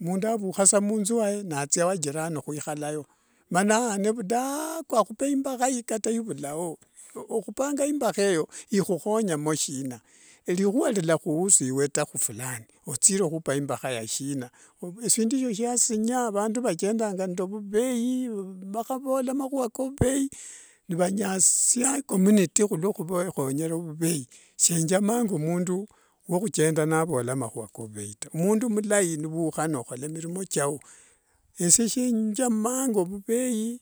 mundu avukha sa munthu mwaye nathia wajirani khwikhalayo mana yane vudakuu akhupe imbakha kata ivulaho okhupamba imakheyo ikhunyamo shina. Elihua lilahuhusu ewe ta hufulani othire hupa imbabe ya shina eshindu esho shiasinya okhuvola mahua kavuvei nivanyasia community hulokhuvahonyera vuvei shecjamanga omundu wokhuchenda navola mahua kovuvei taa. Mundu mulai n uvukha nakhola milimo chiao esiesenjamanga ovuvei.